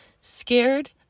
scared